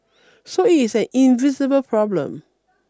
so it is an invisible problem